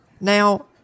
Now